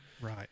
Right